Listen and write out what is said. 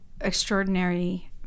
extraordinary